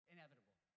Inevitable